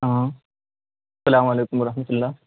ہاں اسلام علیکم ورحمتہ اللہ